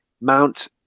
Mount